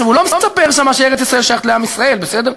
הוא לא מספר שם שארץ-ישראל שייכת לעם ישראל, בסדר?